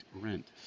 rent